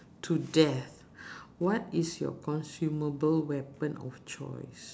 to death what is your consumable weapon of choice